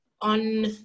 on